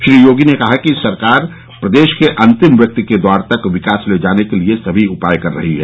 श्री योगी ने कहा कि सरकार प्रदेश के अंतिम व्यक्ति के द्वार तक विकास ले जाने के लिए सभी उपाय कर रही है